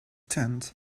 tenth